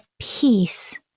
peace